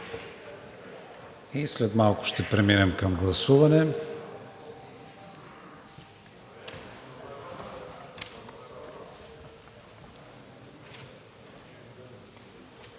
След малко ще преминем към гласуване.